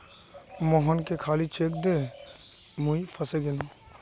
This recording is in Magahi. मोहनके खाली चेक दे मुई फसे गेनू